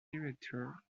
director